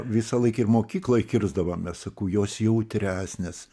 visąlaik ir mokykloj kirsdavomės sakau jos jautresnės